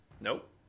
Nope